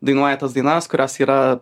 dainuoja tas dainas kurios yra